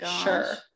Sure